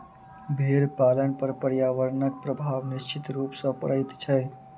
भेंड़ पालन पर पर्यावरणक प्रभाव निश्चित रूप सॅ पड़ैत छै